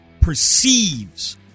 perceives